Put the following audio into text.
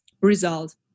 result